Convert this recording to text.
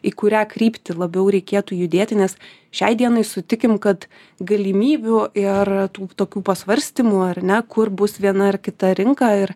į kurią kryptį labiau reikėtų judėti nes šiai dienai sutikim kad galimybių ir tų tokių pasvarstymų ar ne kur bus viena ar kita rinka ir